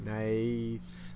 Nice